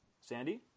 Sandy